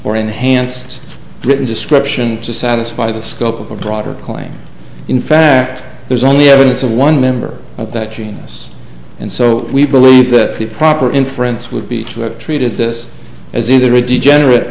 or enhanced written description to satisfy the scope of a broader claim in fact there is only evidence of one member of that genus and so we believe that the proper inference would be to have treated this as either a degenerate